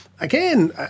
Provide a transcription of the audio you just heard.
again